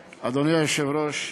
היושב-ראש,